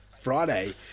Friday